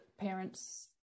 parents